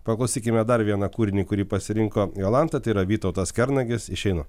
paklausykime dar vieną kūrinį kurį pasirinko jolanta tai yra vytautas kernagis išeinu